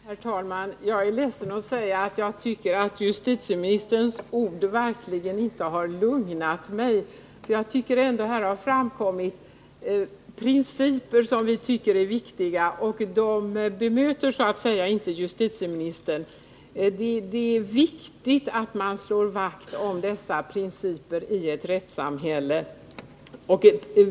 Herr talman! Jag är ledsen att behöva säga att justitieministerns ord inte har lugnat mig. Vi har talat om principer som vi tycker är viktiga, och justitieministern berör inte dem. Det är viktigt att slå vakt om dessa principer i ett rättssamhälle.